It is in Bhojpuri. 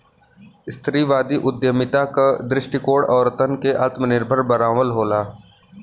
स्त्रीवादी उद्यमिता क दृष्टिकोण औरतन के आत्मनिर्भर बनावल होला